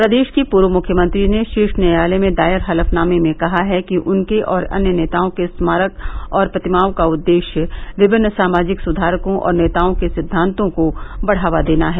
प्रदेश की पूर्व मुख्यमंत्री ने शीर्ष न्यायालय में दायर हलफनामे में कहा है कि उनके और अन्य नेताओं के स्मारक और प्रतिमाओं का उद्देश्य विभिन्न सामाजिक सुधारकों और नेताओं के सिद्वांतों को बढ़ावा देना है